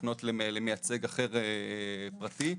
לפנות למייצג אחר פרטי.